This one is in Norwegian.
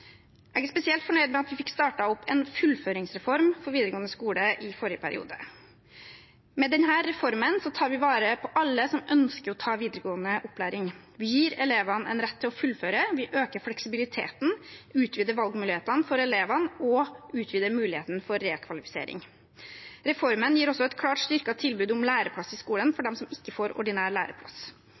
Jeg er spesielt fornøyd med at vi fikk startet opp en fullføringsreform for videregående skole i forrige periode. Med denne reformen tar vi vare på alle som ønsker å ta videregående opplæring. Vi gir elevene en rett til å fullføre, øker fleksibiliteten, utvider valgmulighetene for elevene og utvider muligheten for rekvalifisering. Reformen gir også et klart styrket tilbud om læreplass i skolen for dem som ikke får ordinær læreplass.